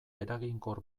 eraginkor